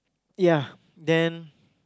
ya then